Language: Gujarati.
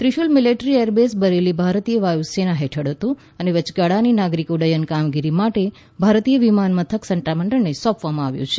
ત્રિશુલ મિલિટરી એરબેઝ બરેલી ભારતીય વાયુ સેના હેઠળ હતું અને વચગાળાની નાગરિક ઉડ્ડયન કામગીરી માટે ભારતીય વિમાનમથક સત્તામંડળને સોંપવામાં આવ્યું છે